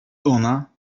ona